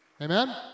Amen